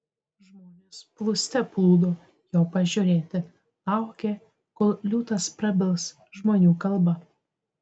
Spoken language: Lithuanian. žmonės plūste plūdo jo pažiūrėti laukė kol liūtas prabils žmonių kalba